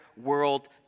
world